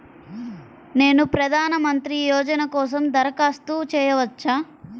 నేను ప్రధాన మంత్రి యోజన కోసం దరఖాస్తు చేయవచ్చా?